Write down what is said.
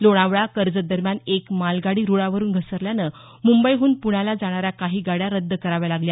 लोणावळा कर्जत दरम्यान एक मालगाडी रुळावरुन घसरल्यानं मुंबईहून पुण्याला जाणाऱ्या काही गाड्या रद्द कराव्या लागल्या